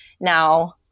now